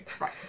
right